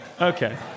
okay